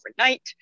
overnight